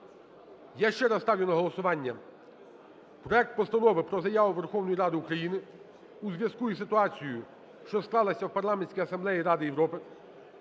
я ще раз ставлю на голосування проект Постанови про Заяву Верховної Ради України у зв'язку із ситуацією, що склалася у Парламентській асамблеї Ради Європи